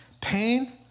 pain